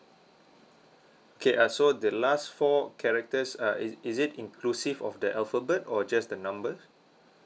okay uh so the last four characters uh is is it inclusive of the alphabet or just the number